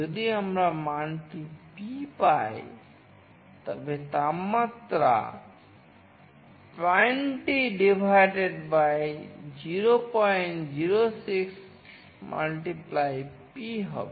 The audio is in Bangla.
যদি আমরা মানটি P পাই তবে তাপমাত্রা 20 006 P হবে